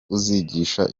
uzigisha